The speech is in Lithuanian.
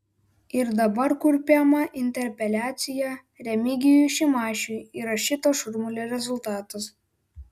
ir dabar kurpiama interpeliacija remigijui šimašiui yra šito šurmulio rezultatas